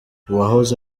uwahoze